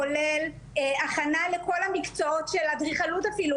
כולל הכנה לכל המקצועות של אדריכלות אפילו.